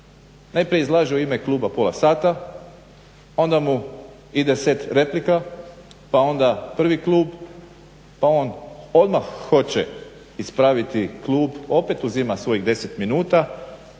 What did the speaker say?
Najprije izlaže u ime kluba pola sata, onda mu ide set replika, pa onda prvi klub, pa on odmah hoće ispraviti klub. Opet uzima svojih 10 minuta,